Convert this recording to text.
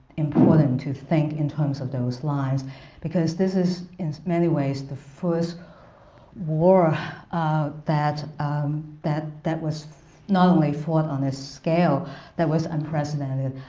important to think in terms of those lines because this is in many ways the first war ah that um that was not only fought on this scale that was unprecedented,